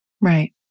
Right